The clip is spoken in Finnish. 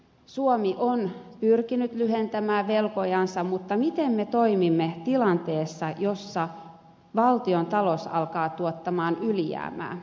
suomi on pyrkinyt lyhentämään velkojansa mutta miten me toimimme tilanteessa jossa valtiontalous alkaa tuottaa ylijäämää